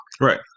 right